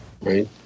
right